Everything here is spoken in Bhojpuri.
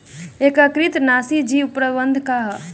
एकीकृत नाशी जीव प्रबंधन का ह?